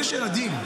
יש ילדים.